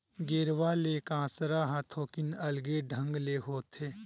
गेरवा ले कांसरा ह थोकिन अलगे ढंग ले होथे